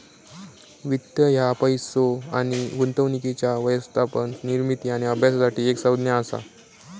वित्त ह्या पैसो आणि गुंतवणुकीच्या व्यवस्थापन, निर्मिती आणि अभ्यासासाठी एक संज्ञा असा